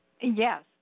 Yes